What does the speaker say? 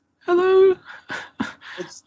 Hello